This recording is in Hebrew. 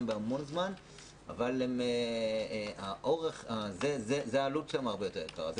בהמון זמן אבל העלות שלהן הרבה יותר יקרה.